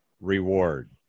reward